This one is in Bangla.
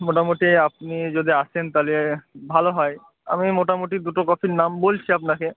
মোটামুটি আপনি যদি আসেন তাহলে ভালো হয় আমি মোটামুটি দুটো কফির নাম বলছি আপনাকে